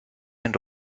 and